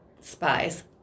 spies